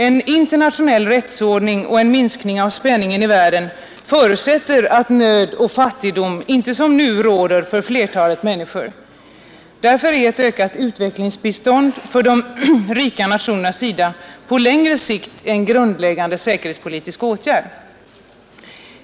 En internationell rättsordning och en minskning av spänningen i världen förutsätter att nöd och fattigdom för flertalet människor inte som nu skall råda. Därför är ett ökat utvecklingsbistånd från de rika nationerna på längre sikt en grundläggande säkerhetspolitisk åtgärd.